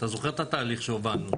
אתה זוכר את התהליך שהובלנו?